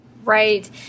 Right